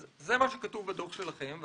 זה מה שכתוב בדוח שלכם.